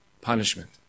punishment